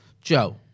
Joe